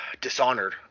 Dishonored